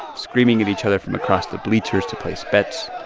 screaming at each other from across the bleachers to place bets